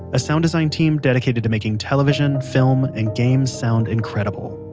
a sound design team dedicated to making television, film, and games sound incredible.